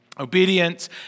Obedience